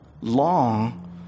long